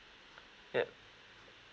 yup